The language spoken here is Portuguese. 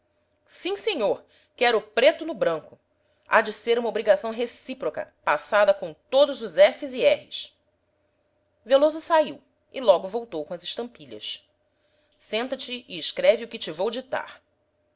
sim senhor quero o preto no branco há de ser uma obrigação recíproca passada com todos os efes e erres veloso saiu e logo voltou com as estampilhas senta-te e escreve o que te vou ditar